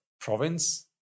Province